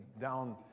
down